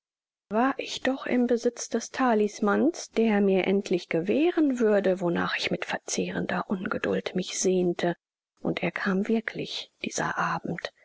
war ich doch im besitz des talisman's der mir endlich gewähren würde wonach ich mit verzehrender ungeduld mich sehnte und er kam wirklich dieser abend